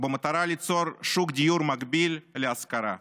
במטרה ליצור שוק דיור מקביל להשכרה.